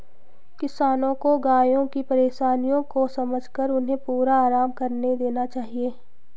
किसानों को गायों की परेशानियों को समझकर उन्हें पूरा आराम करने देना चाहिए